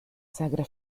sacra